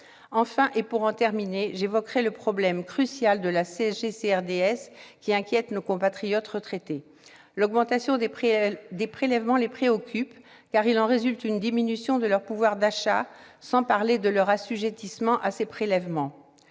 tarder ? Pour terminer, j'évoquerai le problème crucial de la CSG-CRDS, qui inquiète nos compatriotes retraités. L'augmentation des prélèvements les préoccupe, car il en résultera une diminution de leur pouvoir d'achat, sans parler de leur assujettissement à ces prélèvements.